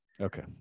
Okay